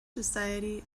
society